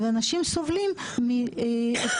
ואנשים סובלים מהתקפים